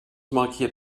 markiert